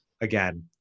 again